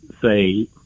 say